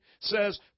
says